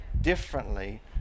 differently